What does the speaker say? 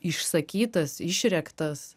išsakytas išrėktas